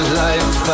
life